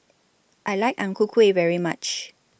I like Ang Ku Kueh very much